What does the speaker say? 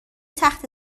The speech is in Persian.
تخته